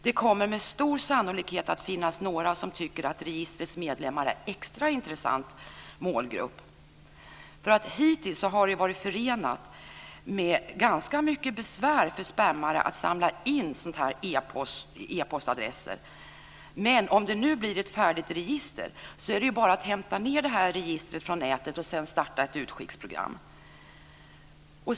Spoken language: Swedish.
Det kommer med stor sannolikhet att finnas några som tycker att registrets medlemmar är en extra intressant målgrupp. Hittills har det varit förenat med ganska mycket besvär för "spamare" att samla in e-postadresser. Men om det nu blir ett färdigt register är det bara att hämta ned detta register från nätet och sedan starta ett utskicksprogram.